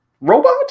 robot